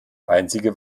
einzige